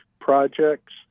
projects